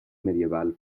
medieval